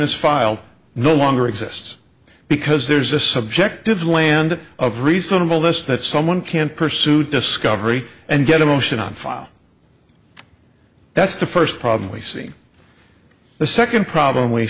is filed no longer exists because there's a subjective land of reasonable this that someone can pursue discovery and get a motion on file that's the first problem we see the second problem we